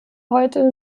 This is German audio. heute